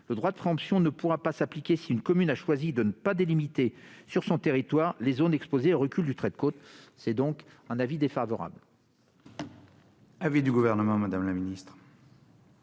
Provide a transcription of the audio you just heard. Le droit de préemption ne pourra pas s'appliquer si une commune a choisi de ne pas délimiter sur son territoire les zones exposées au recul du trait de côte. Quel est l'avis du